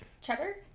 cheddar